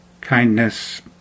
kindness